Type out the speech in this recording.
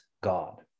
God